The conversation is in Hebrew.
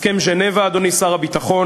הסכם ז'נבה, אדוני שר הביטחון,